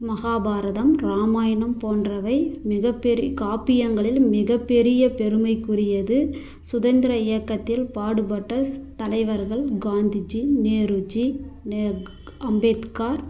மகாபாரதம் ராமாயணம் போன்றவை மிகப்பெரி காப்பியங்களில் மிகப்பெரிய பெருமைக்குரியது சுதந்திர இயக்கத்தில் பாடுபட்ட தலைவர்கள் காந்திஜி நேருஜி நே அம்பேத்கார்